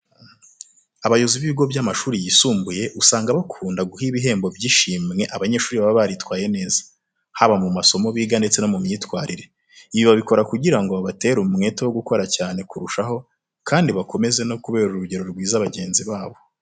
Abayobozi b'ibigo by'amashuri yisumbuye usanga bakunda guha ibihembo by'ishimwe abanyeshuri baba baritwaye neza. Haba mu masomo biga ndetse no mu myitwarire. Ibi babikora kugira ngo babatere umwete wo gukora cyane kurushaho kandi bakomeze no kubera urugero rwiza bagenzi babo.